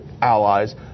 allies